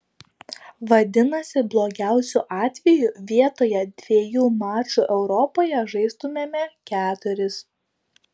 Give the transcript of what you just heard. vadinasi blogiausiu atveju vietoje dviejų mačų europoje žaistumėme keturis